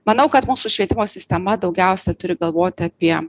manau kad mūsų švietimo sistema daugiausia turi galvoti apie